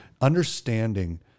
understanding